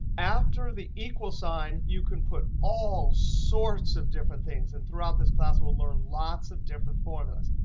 after the equal sign, you can put all sorts of different things. and throughout this class, we'll learn lots of different formulas.